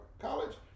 college